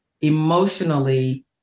emotionally